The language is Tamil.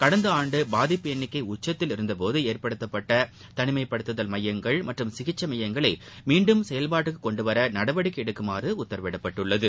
கடந்த ஆண்டு பாதிப்பு எண்ணிக்கை உச்சத்தில் இருந்தபோது ஏற்படுத்தப்பட்ட தனிமைப்படுத்துதல் மையங்கள் மற்றும் சிகிச்சை மையங்களை மீன்டும் செயல்பாட்டுக்கு கொண்டு வர நடவடிக்கை எடுக்குமாறு உத்தரவிடப்பட்டுள்ளது